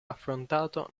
affrontato